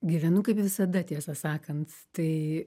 gyvenu kaip visada tiesą sakant tai